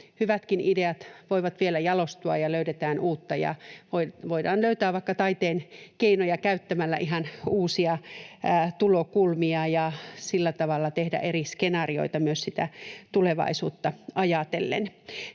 hyvätkin ideat voivat vielä jalostua ja löydetään uutta, voidaan löytää vaikka taiteen keinoja käyttämällä ihan uusia tulokulmia ja sillä tavalla tehdä eri skenaarioita myös tulevaisuutta ajatellen.